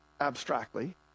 abstractly